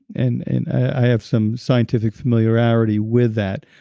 and and i have some scientific familiarity with that.